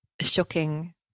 shocking